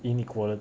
inequality